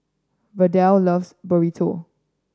Verdell loves Burrito